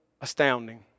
astounding